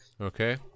Okay